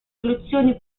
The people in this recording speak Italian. soluzioni